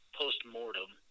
post-mortem